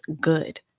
good